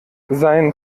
sein